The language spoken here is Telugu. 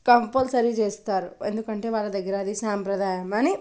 కంపల్సరీ చేస్తారు ఎందుకంటే వాళ్ళ దగ్గర అది సాంప్రదాయం అని